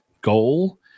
goal